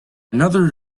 another